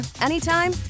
anytime